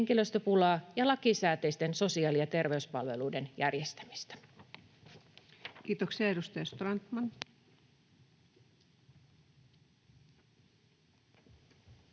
henkilöstöpulaa ja lakisääteisten sosiaali- ja terveyspalveluiden järjestämistä. [Speech 191] Speaker: